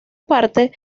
parte